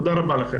תודה רבה לכם.